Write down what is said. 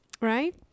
right